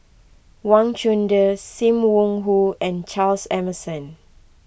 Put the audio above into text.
Wang Chunde Sim Wong Hoo and Charles Emmerson